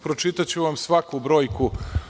Pročitaću vam svaku brojku.